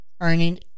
earning